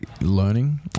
learning